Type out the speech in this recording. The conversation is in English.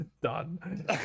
done